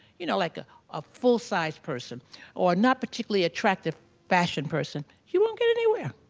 you know, like a ah full-size person or not particularly attractive fashion person, you won't get anywhere.